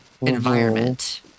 environment